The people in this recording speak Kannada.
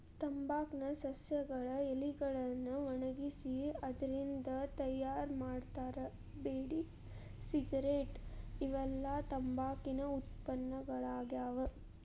ತಂಬಾಕ್ ನ ಸಸ್ಯಗಳ ಎಲಿಗಳನ್ನ ಒಣಗಿಸಿ ಅದ್ರಿಂದ ತಯಾರ್ ಮಾಡ್ತಾರ ಬೇಡಿ ಸಿಗರೇಟ್ ಇವೆಲ್ಲ ತಂಬಾಕಿನ ಉತ್ಪನ್ನಗಳಾಗ್ಯಾವ